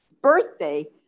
birthday